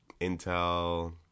Intel